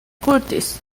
curtis